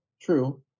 True